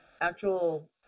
actual